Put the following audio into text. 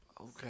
Okay